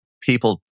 people